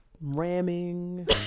Ramming